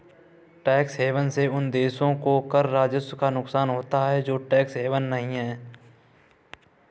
tax haven से उन देशों को कर राजस्व का नुकसान होता है जो टैक्स हेवन नहीं हैं